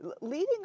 Leading